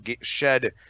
shed